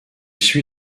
suit